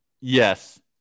Yes